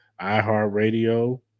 iHeartRadio